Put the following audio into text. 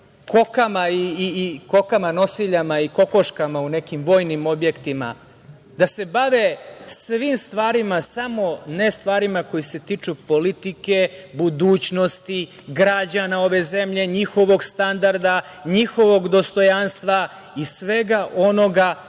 oni bave kokama nosiljama i kokoškama u nekim vojnim objektima, da se bave svim stvarima samo ne stvarima koji se tiču politike, budućnosti, građana ove zemlje, njihovog standarda, njihovog dostojanstva i svega onoga